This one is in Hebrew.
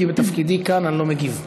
כי בתפקידי כאן אני לא מגיב.